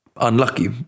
Unlucky